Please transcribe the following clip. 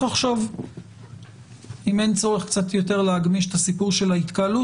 לחשוב אם אין צורך קצת יותר להגמיש את הסיפור של ההתקהלות